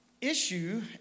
issue